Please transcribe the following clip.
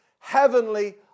Heavenly